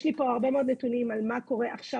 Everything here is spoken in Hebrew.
יש לי פה הרבה מאוד נתונים על מה קורה עכשיו